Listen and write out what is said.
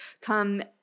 come